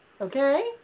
Okay